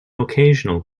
occasional